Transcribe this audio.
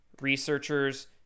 researchers